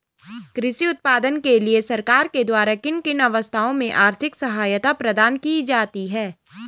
कृषि उत्पादन के लिए सरकार के द्वारा किन किन अवस्थाओं में आर्थिक सहायता प्रदान की जाती है?